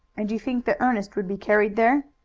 and you think that ernest would be carried there?